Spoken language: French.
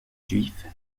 juifs